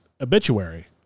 obituary